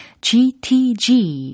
GTG